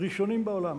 אנחנו ראשונים בעולם.